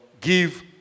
give